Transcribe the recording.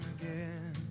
again